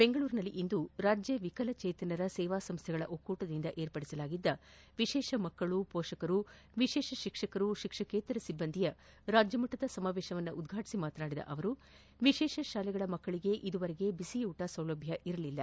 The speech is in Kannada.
ಬೆಂಗಳೂರಿನಲ್ಲಿಂದು ರಾಜ್ಯ ವಿಕಲಚೇತನರ ಸೇವಾ ಸಂಸ್ಥೆಗಳ ಒಕ್ಕೂಟದಿಂದ ವಿರ್ಪಡಿಸಿದ್ದ ವಿಶೇಷ ಮಕ್ಕಳು ಪೋಷಕರು ವಿಶೇಷ ತಿಕ್ಷಕರು ತಿಕ್ಷಕೇತರ ಸಿಬ್ಬಂದಿಗಳ ರಾಜ್ಯಮಟ್ಟದ ಸಮಾವೇಶ ಉದ್ಘಾಟಿಸಿ ಮಾತನಾಡಿದ ಅವರು ವಿಶೇಷ ಶಾಲೆಗಳ ಮಕ್ಕಳಿಗೆ ಈವರೆಗೆ ಬಿಸಿಯೂಟ ಸೌಲಭ್ಯ ಇರಲಿಲ್ಲ